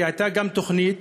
כי הייתה גם תוכנית,